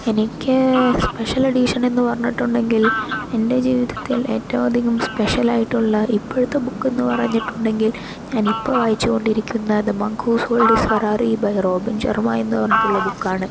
എനിക്ക് special edition എന്ന് പറഞ്ഞിട്ടുണ്ടെങ്കിൽ എൻ്റെ ജീവിതത്തിൽ ഏറ്റവും അധികം സ്പെഷ്യൽ ആയിട്ടുള്ള ഇപ്പഴത്തെ ബുക്കെന്ന് പറഞ്ഞിട്ടുണ്ടെങ്കിൽ ഞാൻ ഇപ്പോൾ വായിച്ചുകൊണ്ടിരിക്കുന്നത് the monk who sold his Ferrari by Robin Sharma എന്ന് പറഞ്ഞിട്ടുള്ള ബുക്കാണ്